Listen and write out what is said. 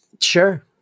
Sure